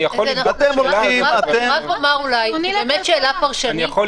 אני יכול לבדוק את זה.